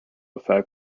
effect